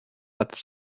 had